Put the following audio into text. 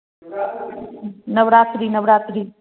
Navratri Navratri